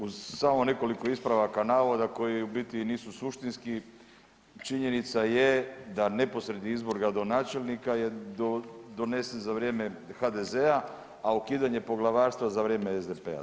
Uz samo nekoliko ispravaka navoda koji u biti nisu suštinski činjenica je da neposredni izbor gradonačelnika je donesen za vrijeme HDZ-a, a ukidanje poglavarstva za vrijeme SDP-a.